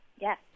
Yes